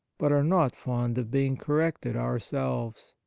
but are not fond of being corrected ourselves.